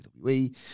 WWE